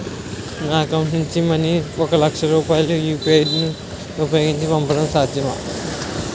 నా అకౌంట్ నుంచి మనీ ఒక లక్ష రూపాయలు యు.పి.ఐ ను ఉపయోగించి పంపడం సాధ్యమా?